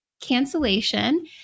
cancellation